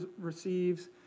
receives